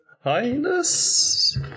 highness